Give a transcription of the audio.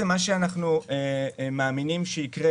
מה שאנחנו מאמינים שיקרה,